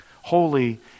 holy